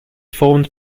formed